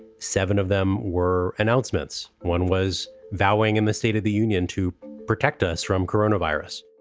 seven of them were announcements. one was vowing in the state of the union to protect us from coronavirus